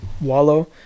Wallow